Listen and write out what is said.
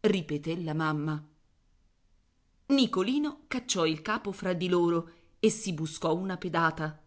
ripeté la mamma nicolino cacciò il capo fra di loro e si buscò una pedata